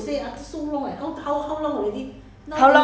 no lah I telling you now lah